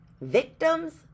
Victims